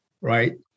right